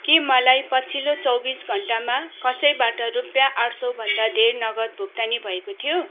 के मलाई पछिल्लो चौबिस घन्टामा कसैबाट रुपियाँ आठ सयभन्दा धेर नगद भुक्तानी भएको थियो